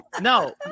No